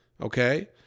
Okay